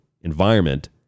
environment